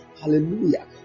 hallelujah